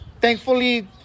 Thankfully